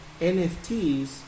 NFTs